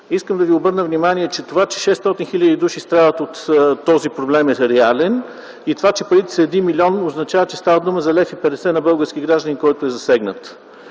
Искам да ви обърна внимание – че това, че 600 хил. души страдат от този проблем е реално и това, че парите са 1 милион, означава, че става дума за 1,50 лв. на български гражданин, който е засегнат.